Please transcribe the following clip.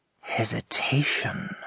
Hesitation